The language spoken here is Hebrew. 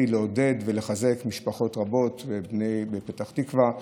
לעודד ולחזק משפחות רבות ואת בני פתח תקווה העיר.